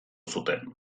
zuten